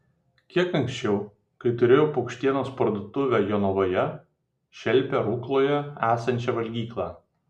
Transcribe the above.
kiek anksčiau kai turėjo paukštienos parduotuvę jonavoje šelpė rukloje esančią valgyklą